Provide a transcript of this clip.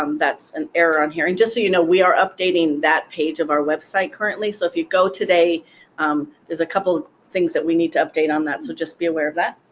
um that's an error on here and just so you know, we are updating that page of our website currently so if you go today there's a couple of things that we need to update on that so just be aware of that.